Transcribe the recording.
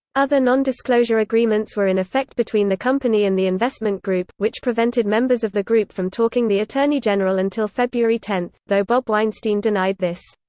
other non-disclosure agreements were in effect between the company and the investment group, which prevented members of the group from talking the attorney general until february ten, though bob weinstein denied this.